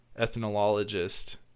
ethnologist